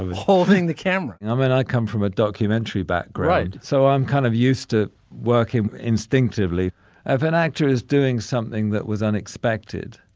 holding the camera? i mean, i come from a documentary back. great. so i'm kind of used to working instinctively as an actor is doing something that was unexpected.